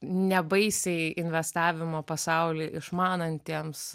ne baisiai investavimo pasaulį išmanantiems